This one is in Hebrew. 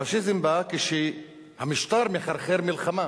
הפאשיזם בא כשהמשטר מחרחר מלחמה